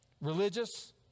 religious